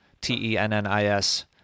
T-E-N-N-I-S